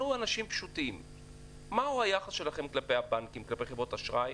פה, נתוני אשראי?